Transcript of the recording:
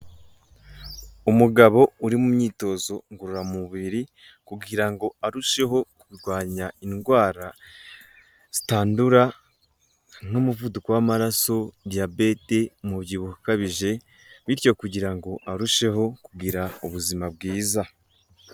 Umugabo uri mu myitozo ngororamubiri kugira ngo arusheho kurwanya indwara zitandura, nk'umuvuduko w'amaraso, Diyabete, umubyibuho ukabije bityo kugira ngo arusheho kugira ubuzima bwiza.